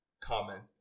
common